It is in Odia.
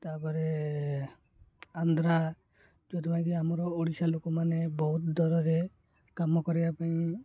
ତା'ପରେ ଆନ୍ଧ୍ରା ଯେଉଁଥିପାଇଁ କିି ଆମର ଓଡ଼ିଶା ଲୋକମାନେ ବହୁତ ଦୂରରେ କାମ କରିବା ପାଇଁ